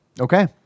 Okay